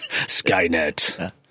Skynet